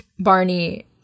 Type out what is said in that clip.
Barney